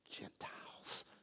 Gentiles